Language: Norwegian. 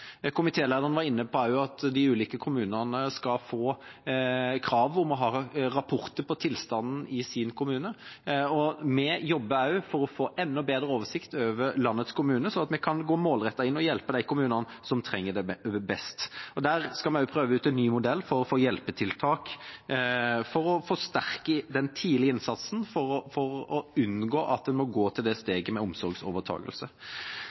Komitélederen var inne på at de ulike kommunene skal få krav om å ha rapporter om tilstanden i sin kommune, og vi jobber også for å få enda bedre oversikt over landets kommuner, slik at vi kan gå målrettet inn og hjelpe de kommunene som trenger det mest. Der skal vi prøve ut en ny modell for hjelpetiltak for å forsterke den tidlige innsatsen og for å unngå at en må gå til det